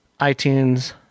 iTunes